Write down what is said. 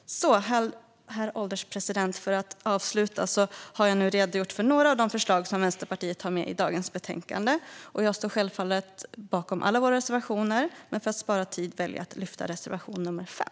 Herr ålderspresident! Jag har nu redogjort för några av de förslag som Vänsterpartiet har med i dagens betänkande. Jag står självfallet bakom alla våra reservationer, men för att spara tid väljer jag att lyfta reservation nr 5.